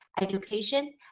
education